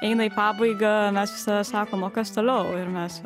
eina į pabaigą mes visada sakom o kas toliau ir mes